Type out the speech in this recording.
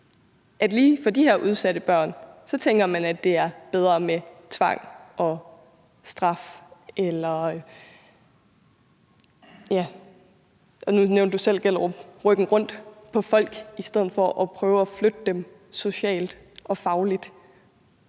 man lige for de her udsatte børns vedkommende tænker, at det er bedre med tvang og straf og – nu nævnte du selv Gellerupparken – at rykke rundt på folk i stedet for at prøve at flytte dem socialt og fagligt.